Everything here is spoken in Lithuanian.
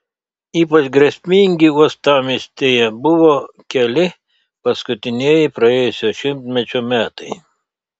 ypač grėsmingi uostamiestyje buvo keli paskutinieji praėjusio šimtmečio metai